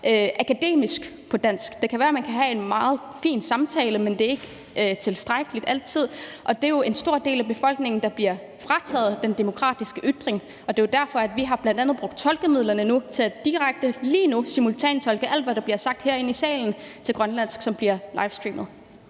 akademisk på dansk. Det kan være, man kan have en meget fin samtale, men det er ikke tilstrækkeligt altid, og det er jo en stor del af befolkningen, der bliver frataget den demokratiske ytring. Det er derfor, vi bl.a. har brugt tolkemidlerne til lige nu direkte at simultantolke alt, hvad der bliver sagt herinde i salen, til grønlandsk, og det bliver livestreamet.